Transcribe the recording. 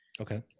Okay